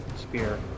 spear